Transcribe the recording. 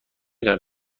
دانم